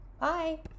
Bye